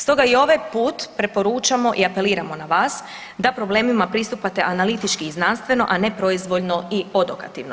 Stoga i ovaj put preporučamo i apeliramo na vas da problemima pristupate analitički i znanstveno a ne proizvoljno i odokativno.